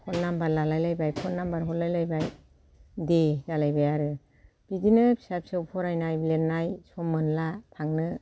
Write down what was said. phone नामबार लालाय लायबाय फन नामबार हरलाय लायबाय दे जालायबाय आरो बिदिनो फिसा फिसौ फरायनाय लिरनाय सम मोनला थांनो